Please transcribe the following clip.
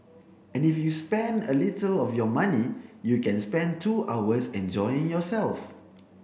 and if you spend a little of your money you can spend two hours enjoying yourself